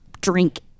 drink